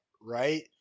Right